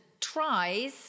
tries